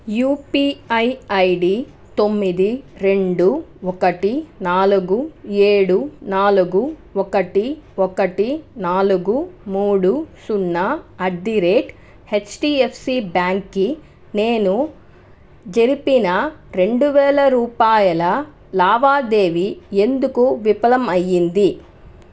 UPI ID తొమ్మిది రెండు ఒకటి నాలుగు ఏడు నాలుగు ఒకటి ఒకటి నాలుగు మూడు సున్నాఅట్ ది రేట్ హెచ్డిఎఫ్సి బ్యాంక్కి నేను జరిపిన రెండు వేల రూపాయల లావాదేవీ ఎందుకు విఫలం అయ్యింది